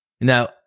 Now